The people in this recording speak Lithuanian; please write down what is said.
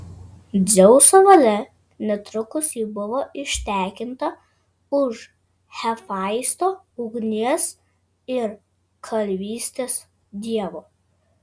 dzeuso valia netrukus ji buvo ištekinta už hefaisto ugnies ir kalvystės dievo